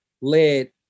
led